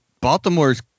baltimore's